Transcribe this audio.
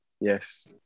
Yes